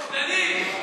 הם פחדנים.